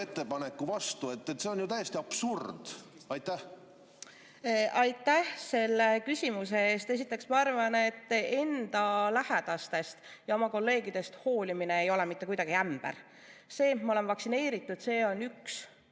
sellele vastu. See on täiesti absurdne. Aitäh selle küsimuse eest! Esiteks, ma arvan, et enda lähedastest ja oma kolleegidest hoolimine ei ole mitte kuidagi ämber. See, et ma olen vaktsineeritud, on minu